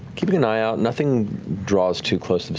keeping an eye out, nothing draws too close to the